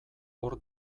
hor